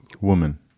woman